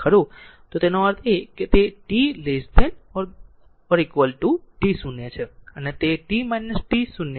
તેનો અર્થ એ કે તે t t0છે અને તે t t 0 t 0 બરાબર છે